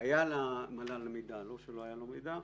היה למל"ל מידע, לא שלא היה לו מידע.